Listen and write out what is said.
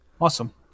Awesome